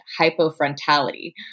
hypofrontality